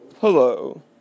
Hello